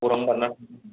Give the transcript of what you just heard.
गौरां बारनानै